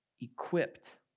equipped